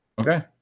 Okay